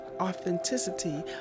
authenticity